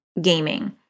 gaming